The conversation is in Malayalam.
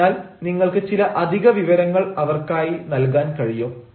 അതിനാൽ നിങ്ങൾക്ക് ചില അധിക വിവരങ്ങൾ അവർക്കായി നൽകാൻ കഴിയും